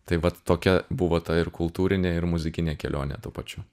tai vat tokia buvo ta ir kultūrinė ir muzikinė kelionė tuo pačiu